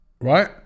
right